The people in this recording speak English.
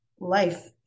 life